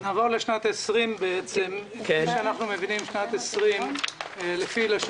נעבור לשנת 2020. כפי שאנחנו מבינים,